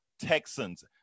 Texans